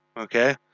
Okay